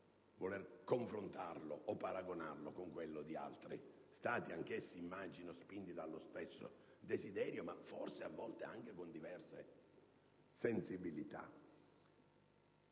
volerlo confrontare o paragonare con quello di altri Stati, anch'essi, immagino, spinti dallo stesso desiderio, ma forse a volte con diverse sensibilità.